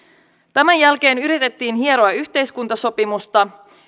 tämän jälkeen yritettiin hieroa yhteiskuntasopimusta